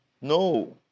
No